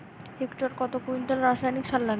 হেক্টরে কত কুইন্টাল রাসায়নিক সার লাগবে?